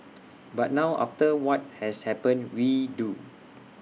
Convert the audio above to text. but now after what has happened we do